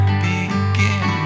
begin